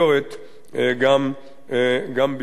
גם בפני הציבור.